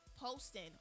posting